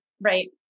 Right